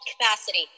capacity